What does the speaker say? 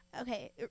okay